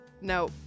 no